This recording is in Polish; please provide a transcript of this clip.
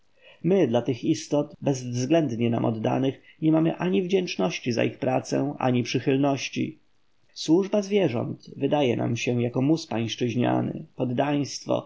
my dla tych istot bezwzględnie nam oddanych nie mamy ani wdzięczności za ich pracę ani przychylności służba zwierząt wydaje nam się jako mus pańszczyzniany poddaństwo